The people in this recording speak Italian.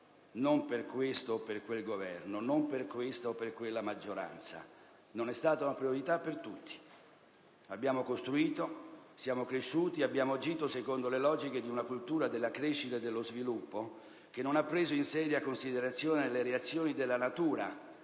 non per questo o per quel Governo, non per questa o per quella maggioranza: essa non è stata una priorità per tutti. Abbiamo costruito, siamo cresciuti e abbiamo agito secondo le logiche di una cultura della crescita e dello sviluppo che non ha preso in seria considerazione le reazioni della natura